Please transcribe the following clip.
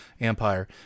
empire